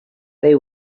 they